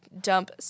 dump –